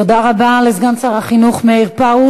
תודה רבה לסגן שר החינוך מאיר פרוש.